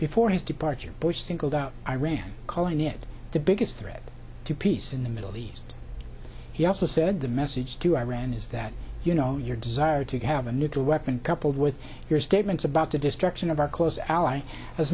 before his departure bush singled out iran calling it the biggest threat to peace in the middle east he also said the message to iran is that you know your desire to have a nuclear weapon coupled with your statements about the destruction of our close ally has